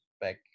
back